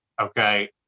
okay